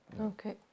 Okay